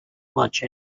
much